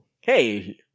hey